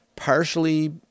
partially